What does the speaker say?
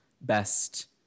best